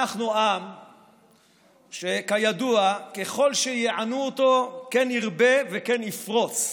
אנחנו עם שכידוע ככל שיענו אותו כן ירבה וכן יפרוץ.